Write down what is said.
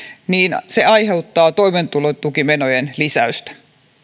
niin se aiheuttaa toimeentulotukimenojen lisäystä